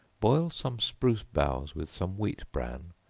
boil some spruce boughs with some wheat bran,